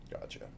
Gotcha